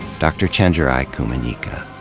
dr. chenjerai kumanyika.